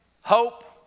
hope